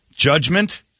Judgment